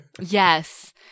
yes